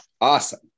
awesome